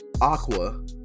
aqua